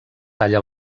talla